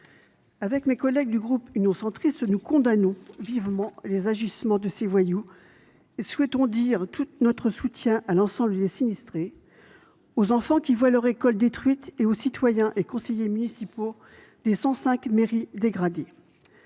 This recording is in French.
Avec mes collègues du groupe Union Centriste, nous condamnons vivement les agissements de ces voyous et souhaitons apporter tout notre soutien à l’ensemble des sinistrés, aux enfants qui voient leurs écoles détruites, ainsi qu’aux citoyens et conseillers municipaux des 105 mairies dégradées.